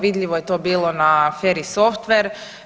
Vidljivo je to bilo na aferi Softver.